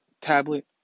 tablet